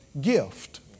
gift